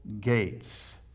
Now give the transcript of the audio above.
gates